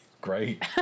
Great